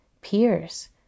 peers